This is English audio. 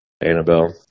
Annabelle